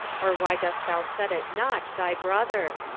or why dost thou set at nought thy brother?